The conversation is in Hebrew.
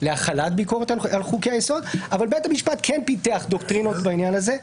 להחלת ביקורת על חוקי היסוד אבל בית המשפט כן פיתח דוקטרינות בעניין הזה.